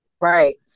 Right